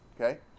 okay